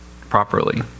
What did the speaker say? properly